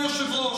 אני